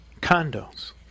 Condos